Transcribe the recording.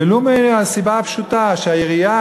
ולו מהסיבה הפשוטה שהעירייה,